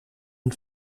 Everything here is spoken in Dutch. een